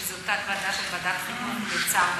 שזו תת-ועדה של ועדת החינוך לצער בעלי-חיים.